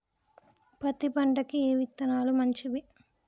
పత్తి పంటకి ఏ విత్తనాలు మంచివి?